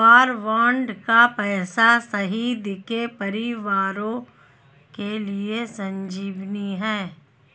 वार bond का पैसा शहीद के परिवारों के लिए संजीवनी है